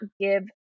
give